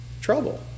trouble